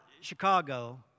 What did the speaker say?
Chicago